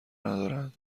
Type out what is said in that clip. ندارند